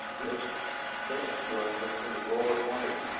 numbers that abuse was a lower quantity.